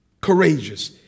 courageous